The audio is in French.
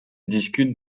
discutent